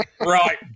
Right